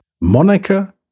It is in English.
monica